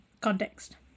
context